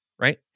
right